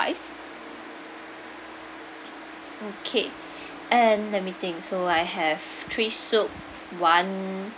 fries okay and let me think so I have three soup one